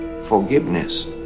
Forgiveness